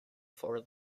for